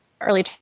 early